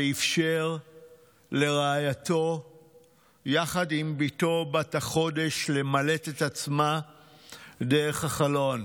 ואפשר לרעייתו יחד עם בתו בת החודש למלט את עצמה דרך החלון,